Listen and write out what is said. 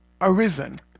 arisen